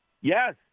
Yes